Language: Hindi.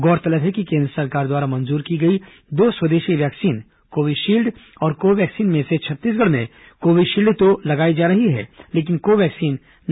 गौरतलब है कि केन्द्र सरकार द्वारा मंजूर की गई दो स्वदेशी वैक्सीन कोविशील्ड और कोवैक्सीन में से छत्तीसगढ़ में कोविशील्ड तो लगाई जा रही है लेकिन कोवैक्सीन नहीं